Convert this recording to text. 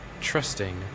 trusting